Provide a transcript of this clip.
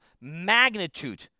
magnitude